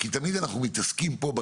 כי תמיד אנחנו מתעסקים פה,